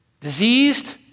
Diseased